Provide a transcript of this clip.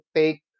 take